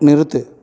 நிறுத்து